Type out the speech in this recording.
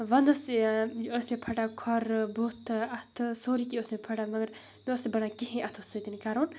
وَندَس ٲس مےٚ پھَٹان کھۄرٕ بُتھٕ اَتھٕ سورُے کینٛہہ اوس مےٚ پھَٹان مگر مےٚ اوس نہٕ بَنان کِہیٖنۍ اتھو سۭتۍ کَرُن